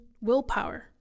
willpower